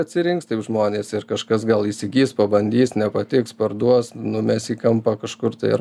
atsirinks taip žmonės ir kažkas gal įsigys pabandys nepatiks parduos numes į kampą kažkur tai ar